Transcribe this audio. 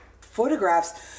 photographs